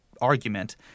argument